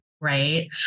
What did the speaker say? Right